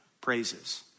praises